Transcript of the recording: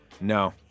No